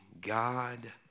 God